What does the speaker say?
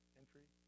entry